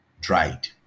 dried